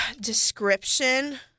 description